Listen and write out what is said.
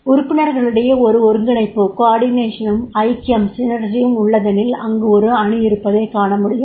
உறுப்பினர்களிடையே ஒரு ஒருங்கிணைப்பு ம் ஐக்கியம் ம் உள்ளதெனில் அங்கு ஒரு அணி இருப்பதைக் காணமுடியும்